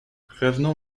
revenons